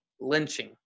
lynching